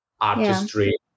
artistry